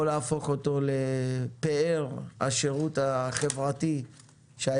או להפוך אותו לפאר השירות החברתי היה